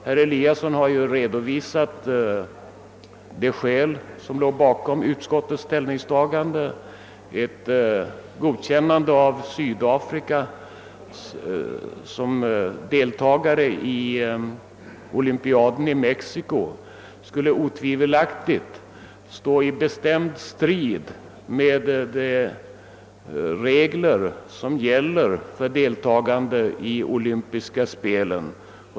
Herr Eliasson i Sundborn har redovisat de skäl som låg bakom utskottets ställningstagande: ett godkännande av Sydafrika som deltagare i olympiaden i Mexico skulle otvivelaktigt stå i strid med de regler som gäller för deltagande i de olympiska spelen.